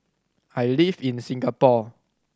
I live in Singapore